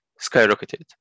skyrocketed